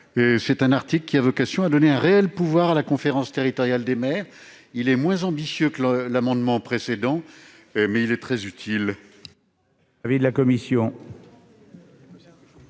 Cet amendement vise à donner un réel pouvoir à la conférence territoriale des maires. Il est moins ambitieux que l'amendement précédent, mais il est très utile.